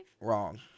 Wrong